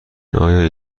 آیا